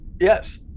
Yes